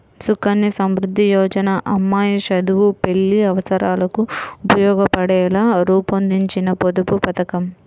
సుకన్య సమృద్ధి యోజన అమ్మాయి చదువు, పెళ్లి అవసరాలకు ఉపయోగపడేలా రూపొందించిన పొదుపు పథకం